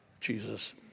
Jesus